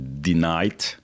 denied